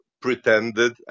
pretended